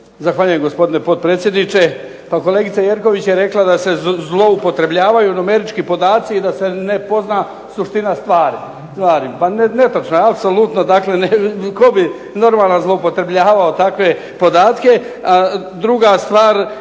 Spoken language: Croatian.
Zahvaljujem, gospodine potpredsjedniče. Pa kolegica Jerković je rekla da se zloupotrebljavaju numerički podaci i da se ne pozna suština stvari. Pa netočno je apsolutno, tko bi normalan zloupotrebljavao takve podatke. Druga stvar,